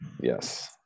Yes